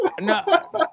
no